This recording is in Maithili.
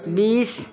बीस